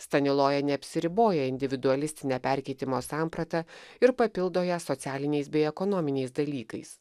staniloja neapsiriboja individualistine perkeitimo samprata ir papildo ją socialiniais bei ekonominiais dalykais